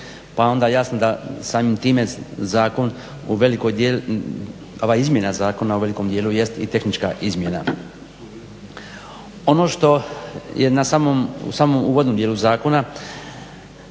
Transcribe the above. Pa onda jasno da samim time zakon u, ova izmjena zakona u velikom dijelu jest i tehnička izmjena. Ono što je na samom uvodnom dijelu zakona